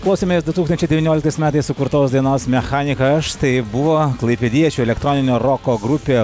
klausėmės du tūkstančiai devynioliktais metais sukurtos dainos mechanika aš tai buvo klaipėdiečių elektroninio roko grupė